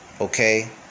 okay